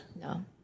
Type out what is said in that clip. No